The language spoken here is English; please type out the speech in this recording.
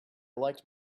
liked